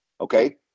Okay